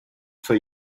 for